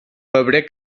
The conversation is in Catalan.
febrer